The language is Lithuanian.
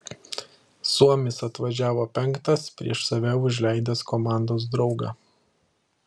suomis atvažiavo penktas prieš save užleidęs komandos draugą